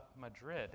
Madrid